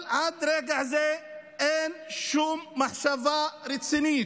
אבל עד רגע זה אין שום מחשבה רצינית,